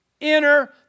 enter